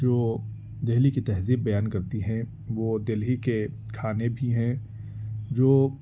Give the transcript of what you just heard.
جو دلی کی تہذیب بیان کرتی ہیں وہ دلی کے کھانے بھی ہیں جو